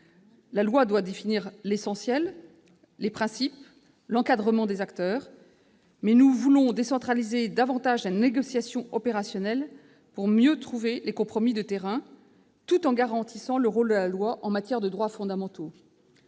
La loi doit définir l'essentiel, les principes, l'encadrement des acteurs, mais nous voulons décentraliser davantage la négociation opérationnelle pour trouver les meilleurs compromis de terrain, tout en garantissant le rôle de la loi en matière de droits fondamentaux,